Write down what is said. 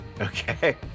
Okay